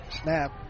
snap